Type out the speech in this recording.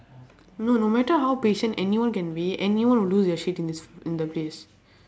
no no matter how patient anyone can be anyone will lose their shit in this in the place